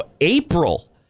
April